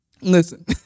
Listen